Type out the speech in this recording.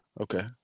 Okay